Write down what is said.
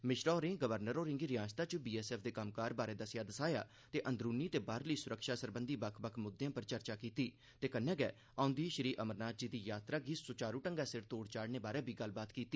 मिश्रा होरें राज्यपाल होरें गी रिआसत च बीएसएफ दे कम्मकार बारे दस्सेआ दसाया ते अंदरूनी ते बाहरली सुरक्षा सरबंधी बक्ख बक्ख मुद्दें उप्पर चर्चा कीती ते कन्नै गै औंदी श्री अमरनाथ जी दी यात्रा गी सुचारू ढंगै सिर तोड़ चाढ़ने बारे बी गल्लकत्थ कीती